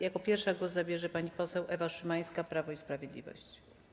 Jako pierwsza głos zabierze pani poseł Ewa Szymańska, Prawo i Sprawiedliwość.